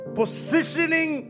positioning